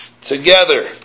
together